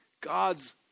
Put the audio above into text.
God's